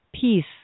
peace